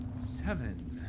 seven